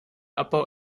abbau